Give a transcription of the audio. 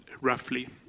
Roughly